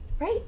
Right